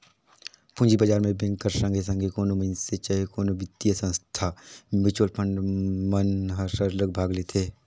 पूंजी बजार में बेंक कर संघे संघे कोनो मइनसे चहे कोनो बित्तीय संस्था, म्युचुअल फंड मन हर सरलग भाग लेथे